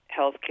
healthcare